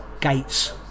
Gates